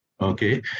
okay